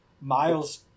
Miles